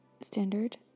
standard